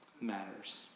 matters